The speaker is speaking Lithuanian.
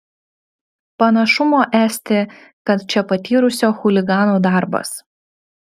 panašumo esti kad čia patyrusio chuligano darbas